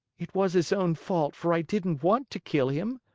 it was his own fault, for i didn't want to kill him.